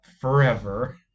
forever